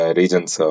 regions